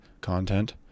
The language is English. content